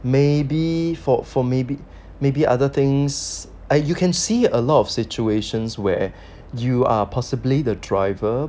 maybe for for maybe maybe other things I you can see a lot of situations where you are possibly the driver